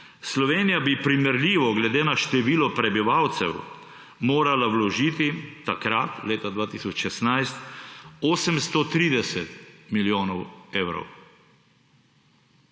Slovenija bi primerljivo glede na število prebivalcev morala vložiti takrat, leta 2016, 830 milijonov evrov.